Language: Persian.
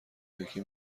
یکی